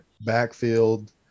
backfield